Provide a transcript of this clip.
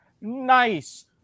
nice